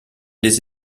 des